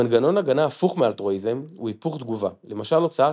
מנגנון הגנה הפוך מאלטרואיזם הוא היפוך תגובה למשל הוצאת